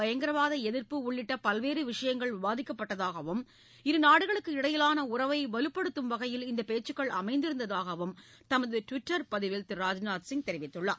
பயங்கரவாத எதிர்ப்பு உள்ளிட்ட பல்வேறு விஷயங்கள் விவாதிக்கப்பட்டதாகவும் இருநாடுகளுக்கு இடையிவாள உறவை வலுப்படுத்தும் வகையில் இந்த பேச்சுக்கள் அமைந்திருந்ததாகவும் தனது ட்விட்டர் பதிவில் அவர் தெரிவித்துள்ளார்